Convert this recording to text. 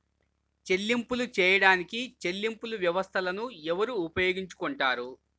చెల్లింపులు చేయడానికి చెల్లింపు వ్యవస్థలను ఎవరు ఉపయోగించుకొంటారు?